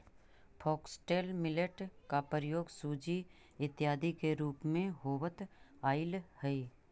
foxtail millet का प्रयोग सूजी इत्यादि के रूप में होवत आईल हई